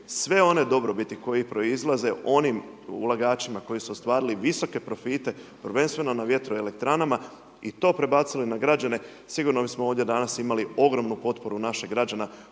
sve one dobrobiti koje proizlaze onim ulagačima koji su ostvarili visoke profite, prvenstveno na vjetroelektranama i to prebacili na građane sigurno bismo ovdje danas imali ogromnu potporu naših građana,